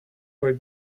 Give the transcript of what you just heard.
were